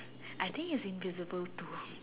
I think it's invisible too